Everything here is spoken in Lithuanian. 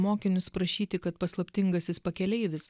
mokinius prašyti kad paslaptingasis pakeleivis